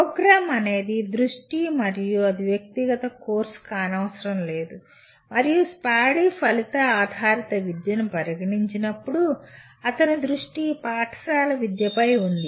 programme అనేది దృష్టి మరియు అది వ్యక్తిగత కోర్సు కానవసరం లేదు మరియు స్పాడీ ఫలిత ఆధారిత విద్యను పరిగణించినప్పుడు అతని దృష్టి పాఠశాల విద్యపై ఉంది